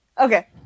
Okay